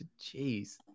Jeez